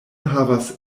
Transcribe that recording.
havas